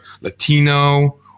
latino